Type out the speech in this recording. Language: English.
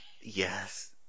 Yes